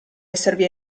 esservi